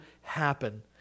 happen